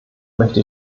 möchte